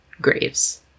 graves